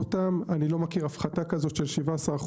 אני לא מכיר בהם הפחתה כזו של 17%,